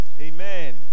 Amen